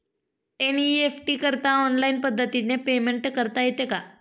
NEFT करताना online पद्धतीने payment करता येते का?